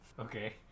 Okay